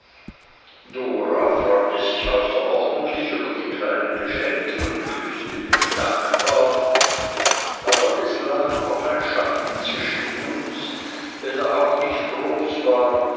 freute sich außerordentlich über die kleinen geschenke und küßte mich dankbar aber es lag noch ein schatten zwischen uns wenn er auch nicht groß war